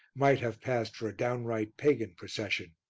might have passed for a downright pagan procession.